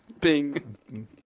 Bing